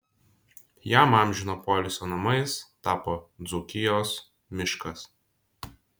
jam amžino poilsio namais tapo dzūkijos miškas